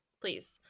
please